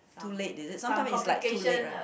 too late is it sometimes is like too late right